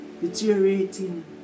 deteriorating